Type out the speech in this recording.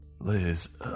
Liz